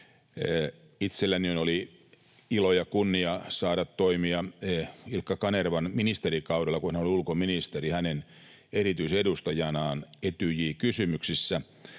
Itselläni oli ilo ja kunnia saada toimia Ilkka Kanervan ulkoministerikaudella hänen erityis-edustajanaan Etyj-kysymyksissä,